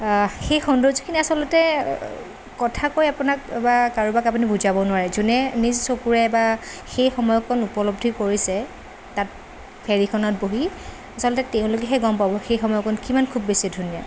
সেই সৌন্দৰ্যখিনি আচলতে কথা কৈ আপোনাক বা কাৰোবাক আপুনি বুজাব নোৱাৰে যোনে নিজ চকুৰে বা সেই সময়কণ উপলব্ধি কৰিছে তাত ফেৰিখনত বহি আচলতে তেওঁলোকেহে গম পাব সেই সময়কণ কিমান খুউব বেছি ধুনীয়া